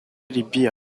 libye